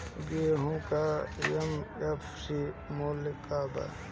गेहू का एम.एफ.सी मूल्य का बा?